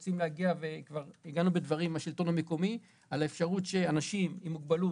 וכבר אנחנו בדברים עם השלטון המקומי על אפשרות שאנשים עם מוגבלות,